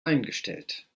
eingestellt